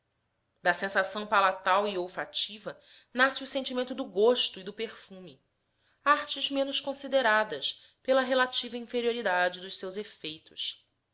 da sensação palatal e olfativa nasce o sentimento do gosto e do perfume artes menos consideradas pela relativa inferioridade dos seus efeitos